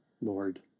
Lord